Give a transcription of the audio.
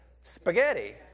Spaghetti